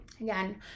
again